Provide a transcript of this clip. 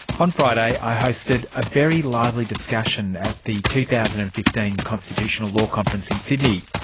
on friday i hosted a very lively discussion at the two thousand and fifteen constitutional law conference in sydney.